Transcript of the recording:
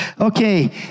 Okay